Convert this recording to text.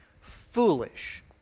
foolish